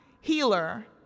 healer